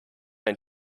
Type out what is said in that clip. ein